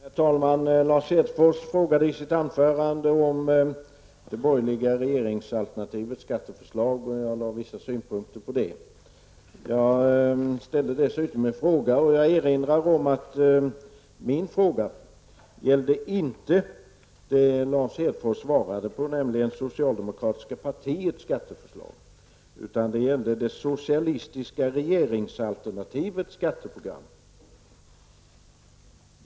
Herr talman! Lars Hedfors frågade i sitt anförande om det borgerliga regeringsalternativets skatteförslag, och jag framförde vissa synpunkter på det. Jag erinrar om att min fråga inte gällde det som Lars Hedfors svarade på, nämligen det socialdemokratiska partiets skatteförslag, utan det socialistiska regeringsalternativets skatteprogram.